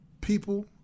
people